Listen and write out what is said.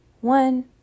one